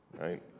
Right